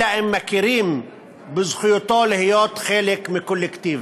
אלא אם כן מכירים בזכותו להיות חלק מקולקטיב.